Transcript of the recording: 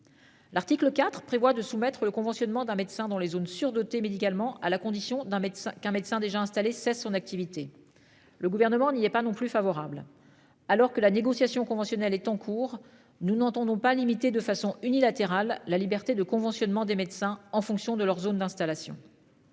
L'article IV prévoit de soumettre le conventionnement d'un médecin dans les zones surdotées médicalement à la condition d'un médecin qu'un médecin déjà installés cesse son activité. Le gouvernement n'y est pas non plus favorable. Alors que la négociation conventionnelle est en cours. Nous n'entendons pas limiter de façon unilatérale la liberté de conventionnement des médecins en fonction de leur zone d'installation.--